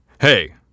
Hey